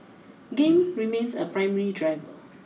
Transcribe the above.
game remains a primary driver